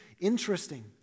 interesting